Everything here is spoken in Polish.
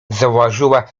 zauważyła